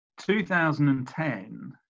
2010